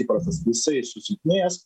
įprotis jisai susilpnėjęs